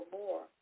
more